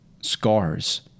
scars